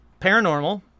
paranormal